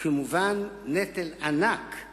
כמובן, נטל ענקי